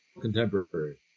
contemporary